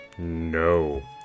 No